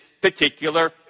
particular